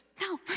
no